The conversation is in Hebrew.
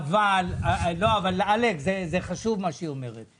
זה חשוב מה שנירה אומרת.